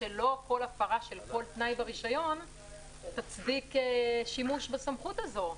לא כל הפרה של כל תנאי ברישיון תצדיק שימוש בסמכות הזאת.